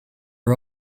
are